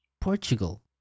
Portugal